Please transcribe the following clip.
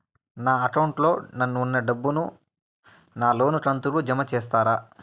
నా అకౌంట్ లో ఉన్న డబ్బును నా లోను కంతు కు జామ చేస్తారా?